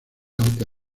aunque